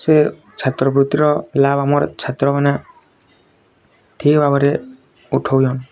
ସେଇ ଛାତ୍ର ବୃତ୍ତିର୍ ଲାଭ୍ ଆମର୍ ଛାତ୍ର ମାନେ ଠିକ୍ ଭାବରେ ଉଠଉଛନ୍